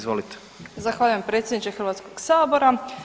Zahvaljujem predsjedniče Hrvatskog sabora.